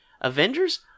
Avengers